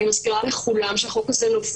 רק נגיד לפרוטוקול שהנשיאה לא התנגדה לנושא